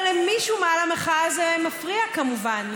אבל למישהו מאהל המחאה הזה מפריע, כמובן.